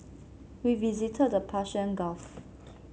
we visited the Persian Gulf